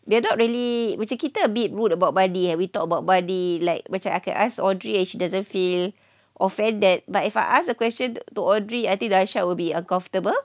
they're not really macam kita a bit rude about money we talk about money like macam I can ask audrey and she doesn't feel offended but if I ask the question to audrey I think dasha will be uncomfortable